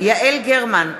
יעל גרמן,